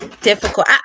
Difficult